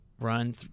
run